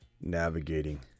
navigating